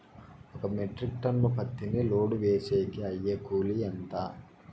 ఒక metric ton పత్తిని load వేసేకి అయ్యే కూలి ఎంత?